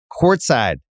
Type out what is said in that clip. courtside